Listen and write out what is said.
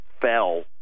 fell